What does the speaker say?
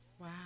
Wow